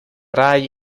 rai